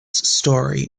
story